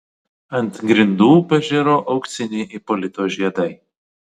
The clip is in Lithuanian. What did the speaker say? ant grindų pažiro auksiniai ipolito žiedai